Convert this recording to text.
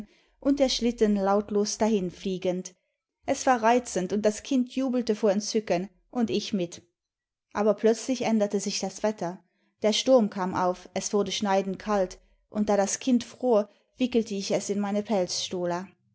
und der schlitten lautlos dahinfliegend es war reizend und das kind jubelte vor entzücken imd ich mit aber plötzlich änderte sich das wetter der sturm kam auf es wurde schneidend kalt und da das kind fror wickelte ich es in meine